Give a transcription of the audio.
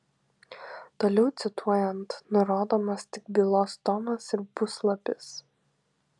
toliau cituojant nurodomas tik bylos tomas ir puslapis